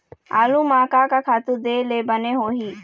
आलू म का का खातू दे ले बने होही?